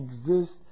exist